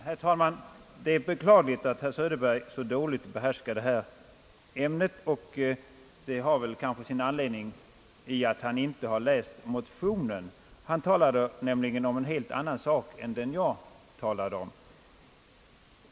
Herr talman! Det är beklagligt att herr Söderberg så dåligt behärskar detta ämne. Det har kanske sin förklaring i att han inte läst motionen. Han talade nämligen om en helt annan sak än den jag talade om.